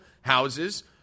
houses